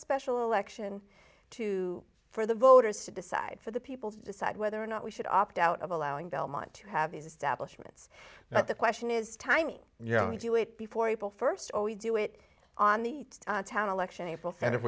special election to for the voters to decide for the people to decide whether or not we should opt out of allowing belmont to have these establishments that the question is timing you know we do it before april first or we do it on the town election april and if